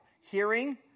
Hearing